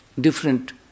different